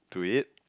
to it